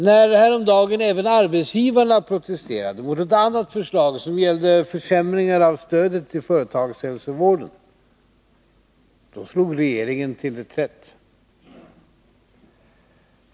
När häromdagen även arbetsgivarna protesterade mot ett annat förslag, som gällde försämringar av stödet till företagshälsovården, då slog regeringen till reträtt.